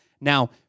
Now